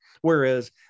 whereas